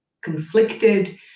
conflicted